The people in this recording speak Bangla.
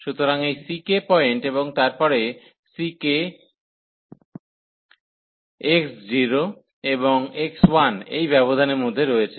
সুতরাং এই ck পয়েন্ট এবং তারপরে ck x0 এবং x1 এই ব্যবধানের মধ্যে রয়েছে